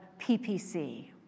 PPC